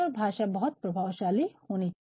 और भाषा बहुत प्रभावशाली होनी चाहिए